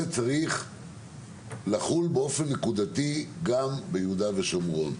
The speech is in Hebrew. צריך לחול באופן נקודתי גם ביהודה ושומרון.